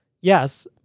Yes